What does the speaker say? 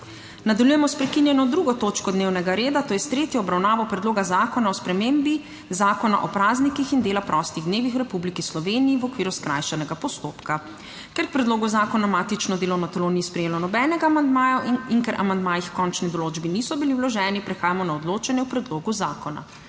Nadaljujemo s prekinjeno 2. točko dnevnega reda - tretja obravnava Predloga zakona o spremembi Zakona o praznikih in dela prostih dnevih v Republiki Sloveniji, v okviru skrajšanega postopka. Ker k predlogu zakona matično delovno telo ni sprejelo nobenega amandmaja in ker amandmaji h končni določbi niso bili vloženi, prehajamo na odločanje o predlogu zakona.